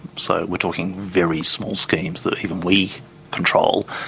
so we're talking very small schemes that even we control,